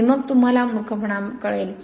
आणि मग तुम्हाला मूर्खपणा मिळेल